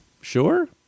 Sure